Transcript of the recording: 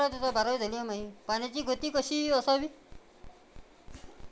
पाण्याची गती कशी असावी?